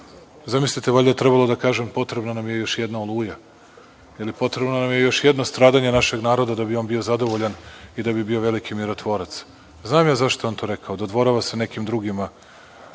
Zamislite, valjda je trebalo da kažem – potrebna nam je još jedna „Oluja“, ili - potrebno nam je još jedno stradanje našeg naroda, da bi on bio zadovoljan i da bi bio veliki mirotvorac. Znam ja zašto je on to rekao, dodvorava se nekim drugima,